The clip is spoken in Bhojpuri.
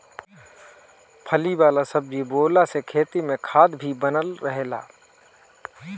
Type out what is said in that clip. फली वाला सब्जी बोअला से खेत में खाद भी बनल रहेला